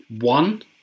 one